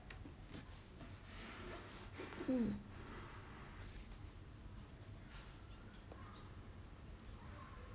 um